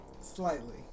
Slightly